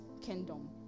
kingdom